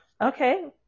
Okay